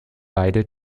beide